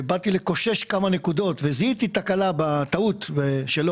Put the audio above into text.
באתי לפרופסור לאלגברה 1 כדי לקושש כמה נקודות כי זיהיתי טעות שלו.